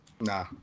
Nah